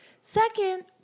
Second